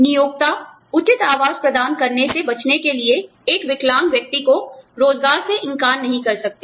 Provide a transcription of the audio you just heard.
नियोक्ता उचित आवास प्रदान करने से बचने के लिए एक विकलांग व्यक्ति को रोज़गार से इनकार नहीं कर सकते